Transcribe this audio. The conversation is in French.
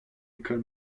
école